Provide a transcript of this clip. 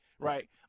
Right